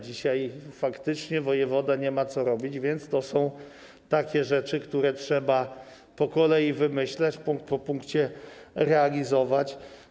Dzisiaj faktyczne wojewoda nie ma co robić, więc to są takie rzeczy, które trzeba po kolei wymyślać, punkt po punkcie realizować.